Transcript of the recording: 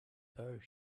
though